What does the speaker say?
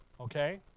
okay